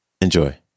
enjoy